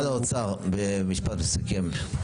משרד האוצר, במשפט מסכם.